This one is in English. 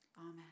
Amen